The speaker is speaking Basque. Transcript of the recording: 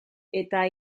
eta